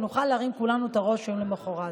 שנוכל להרים כולנו את הראש יום למוחרת.